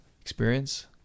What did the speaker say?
experience